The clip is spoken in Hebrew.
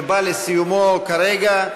שבא לסיומו כרגע: